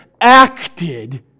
acted